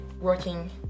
working